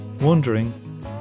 wondering